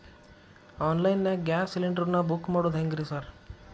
Online ನಾಗ gas cylinder ನಾ book ಮಾಡೋದ್ ಹೆಂಗ್ರಿ ಸಾರ್?